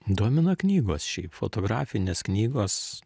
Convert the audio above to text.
domina knygos šiaip fotografinės knygos